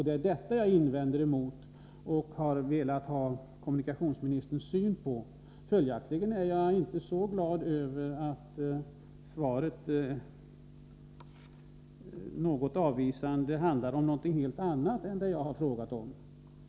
Det är detta jag vänt mig emot och har velat ha kommunikationsministerns syn på. Följaktligen är jag inte så glad över svaret, som något avvisande handlar om något helt annat än vad jag frågade om.